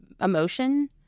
emotion